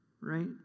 right